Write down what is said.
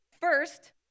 first